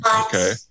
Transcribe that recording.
okay